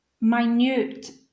minute